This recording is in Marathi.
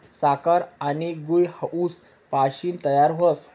साखर आनी गूय ऊस पाशीन तयार व्हस